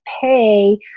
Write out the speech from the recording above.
pay